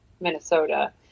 Minnesota